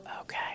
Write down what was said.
okay